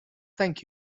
thank